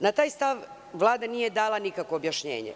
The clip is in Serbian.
Na taj stav Vlada nije dala nikakvo objašnjenje.